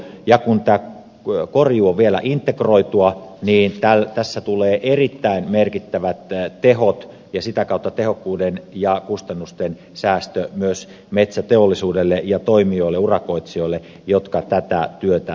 ja kun korjuu on vielä integroitua tässä tulee erittäin merkittävät tehot ja sitä kautta tehokkuuden ja kustannusten säästö myös metsäteollisuudelle ja toimijoille urakoitsijoille jotka tätä työtä tekevät